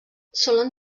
solen